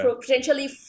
potentially